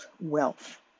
wealth